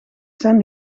zijn